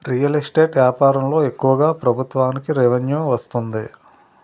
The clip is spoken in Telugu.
రియల్ ఎస్టేట్ వ్యాపారంలో ఎక్కువగా ప్రభుత్వానికి రెవెన్యూ వస్తుంది